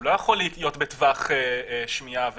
לא יכול להיות בטווח שמיעה וכולי.